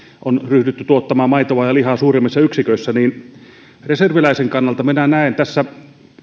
on ryhdytty tuottamaan maitoa ja lihaa suuremmissa yksiköissä niin reserviläisen ja maanpuolustuksen kannalta minä näen tässä